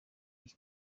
iyi